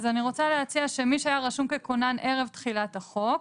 אז אני רוצה להציע שמי שהיה רשום ככונן ערב תחילת החוק,